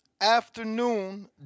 afternoon